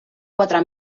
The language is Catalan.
quatre